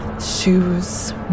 Shoes